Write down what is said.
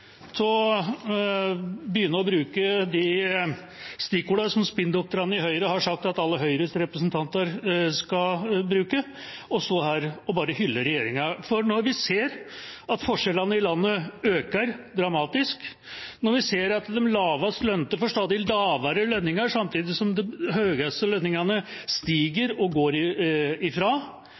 til å begynne å bruke de stikkordene som spinndoktorene i Høyre har sagt at alle Høyres representanter skal bruke, og stå her og bare hylle regjeringa. Når vi ser at forskjellene i landet øker dramatisk, når vi ser at de lavest lønnede får stadig lavere lønninger samtidig som de høyeste lønningene stiger og går ifra,